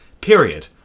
Period